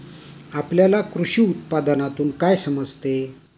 आपल्याला कृषी उत्पादनातून काय समजते?